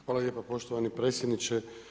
Hvala lijepa poštovani predsjedniče.